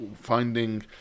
finding